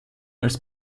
als